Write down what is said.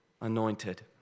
anointed